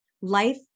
Life